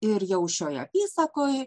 ir jau šioj apysakoj